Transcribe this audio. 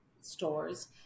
stores